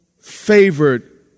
favored